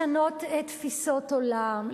לשנות תפיסות עולם,